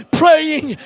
praying